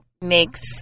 makes